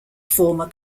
former